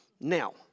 Now